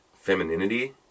femininity